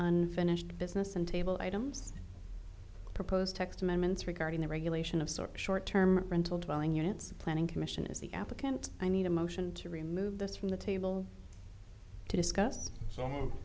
unfinished business and table items proposed text amendments regarding the regulation of sort of short term rental dwelling units planning commission is the applicant i need a motion to remove this from the table to discuss